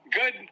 Good